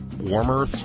warmer